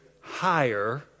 higher